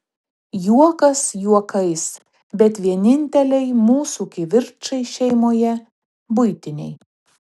juokas juokais bet vieninteliai mūsų kivirčai šeimoje buitiniai